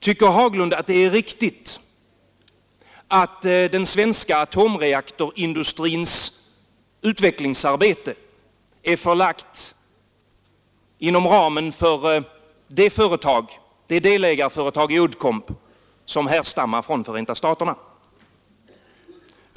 Tycker herr Haglund att det är riktigt att den svenska atomreaktorindustrins utvecklingsarbete är förlagt inom ramen för det delägarföretag i Uddcomb som härstammar från Förenta staterna?